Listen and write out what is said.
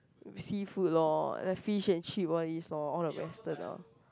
seafood loh and fish and chip all these loh all the western ah